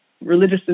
religious